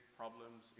problems